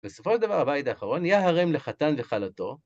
בסופו של דבר, הבית האחרון, יהרם לחתן וכלתו.